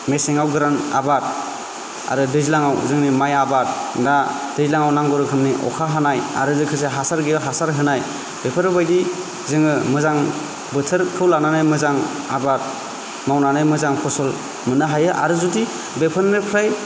मेसेङाव गोरान आबाद आरो दैज्लाङाव जोंनि माइ आबाद दा दैज्लाङाव नांगौ रोखोमनि अखा हानाय आरो लोगोसे हासार गैया हासार होनाय बेफोरबायदि जोङो मोजां बोथोरखौ लानानै मोजां आबाद मावनानै मोजां फसल मोननो हायो आरो जुदि बेफोरनिफ्राय